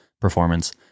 performance